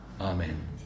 Amen